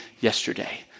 yesterday